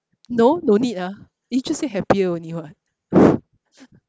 no no need ah it just say happier only [what]